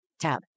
Tab